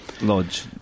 lodge